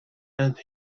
and